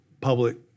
public